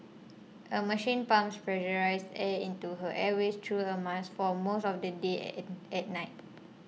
a machine pumps pressurised air into her airways through a mask for most of the day and at night